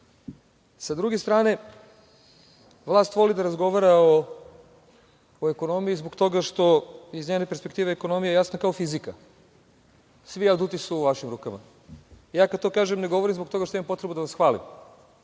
Sa druge strane, vlast voli da razgovara o ekonomiji zbog toga što iz njene perspektive ekonomija je jasna kao fizika. Svi aduti su u vašim rukama. Ja kada to kažem, ne govorim zbog toga što imam potrebu da vas hvalim.